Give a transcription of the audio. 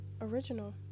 original